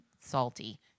salty